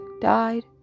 died